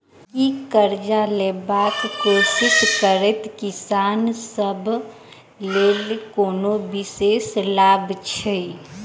की करजा लेबाक कोशिश करैत किसान सब लेल कोनो विशेष लाभ छै?